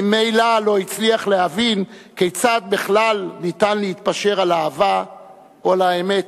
ממילא לא הצליח להבין כיצד בכלל ניתן להתפשר על אהבה או על האמת,